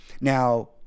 Now